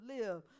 live